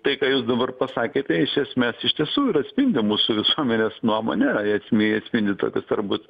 tai ką jūs dabar pasakėte iš esmės iš tiesų ir atspindi mūsų visuomenės nuomonę esmė atspindi tokius turbūt